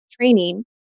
training